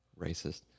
Racist